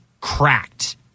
cracked